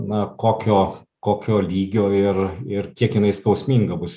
na kokio kokio lygio ir ir kiek jinai skausminga bus